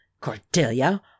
Cordelia